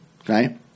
okay